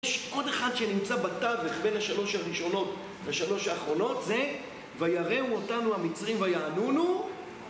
יש עוד אחד שנמצא בתווך, בין השלוש הראשונות לשלוש האחרונות, זה "ויראו אותנו המצרים ויענונו"